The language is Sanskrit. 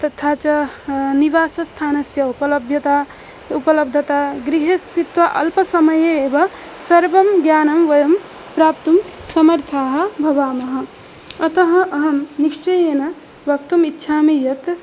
तथा च निवासस्थानस्य उपलभ्यता उपलब्धता गृहे स्थित्वा अल्पसमये एव सर्वं ज्ञानं वयं प्राप्तुं समर्थाः भवामः अतः अहं निश्चयेन वक्तुम् इच्छामि यत्